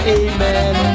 amen